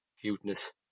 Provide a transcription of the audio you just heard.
cuteness